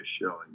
showing